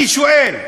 אני שואל: